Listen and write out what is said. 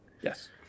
Yes